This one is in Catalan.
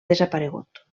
desaparegut